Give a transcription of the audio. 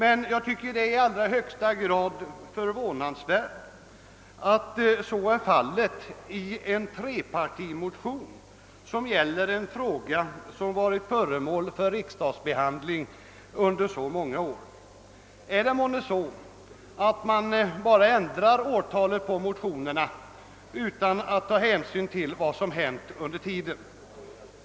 Jag tycker dock att det är i allra högsta grad förvånansvärt att så är fallet också i en trepartimotion i en fråga, som varit föremål för riksdagsbehandling under så många år. Är det månne så, att man bara ändrar årtalet på motionerna utan att ta hänsyn till vad som hänt sedan de sist väcktes?